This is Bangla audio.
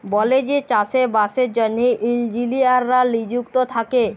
বলেযে চাষে বাসের জ্যনহে ইলজিলিয়াররা লিযুক্ত থ্যাকে